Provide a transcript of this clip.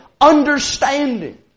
understanding